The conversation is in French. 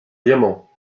diamant